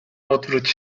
odwróć